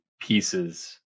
pieces